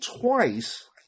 twice